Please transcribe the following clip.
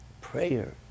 prayer